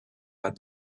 pas